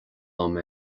liom